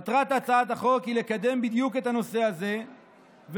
מטרת הצעת החוק היא לקדם בדיוק את הנושא הזה ולבוא